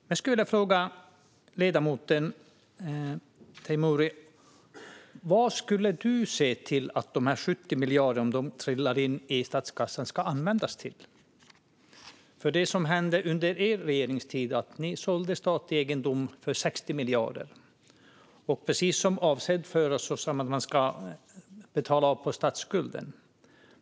Jag skulle vilja fråga ledamoten Teimouri: Vad skulle du vilja se att de här 70 miljarderna som trillar in i statskassan användes till? Det som hände under er regeringstid var att ni sålde statlig egendom för 60 miljarder, och de var avsedda att användas till att betala av på statsskulden.